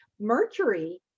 Mercury